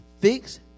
fix